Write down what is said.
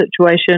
situation